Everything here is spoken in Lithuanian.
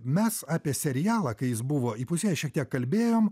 mes apie serialą kai jis buvo įpusėjęs šiek tiek kalbėjom